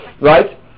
Right